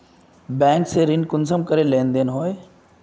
Bank से ऋण कुंसम करे लेन देन होए?